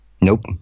Nope